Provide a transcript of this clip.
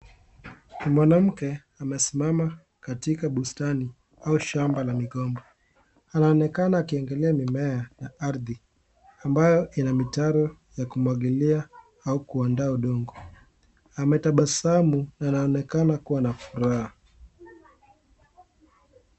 Mwanamke amesimama katika bustani au shamba la migomba anaonekana akiangalia mimea au ardhi ambayo ina mitaro yakumwagilia au kuandaa udongo ammetabasamu na anaonekana kuwa na furaha.